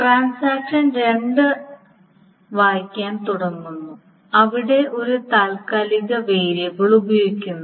transaction രണ്ട് വായിക്കാൻ തുടങ്ങുന്നു അവിടെ ഒരു താൽക്കാലിക വേരിയബിൾ ഉപയോഗിക്കുന്നു